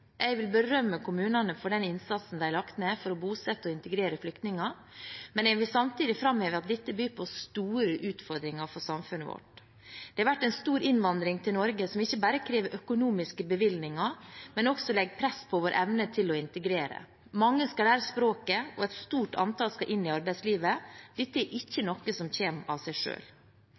Jeg vil berømme kommunene for den innsatsen de har lagt ned for å bosette og integrere flyktninger, men jeg vil samtidig framheve at dette byr på store utfordringer for samfunnet vårt. Det har vært en stor innvandring til Norge som ikke bare krever økonomiske bevilgninger, men som også legger press på vår evne til å integrere. Mange skal lære språket, og et stort antall skal inn i arbeidslivet. Dette er ikke noe som kommer av seg